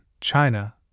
China